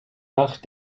nach